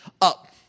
up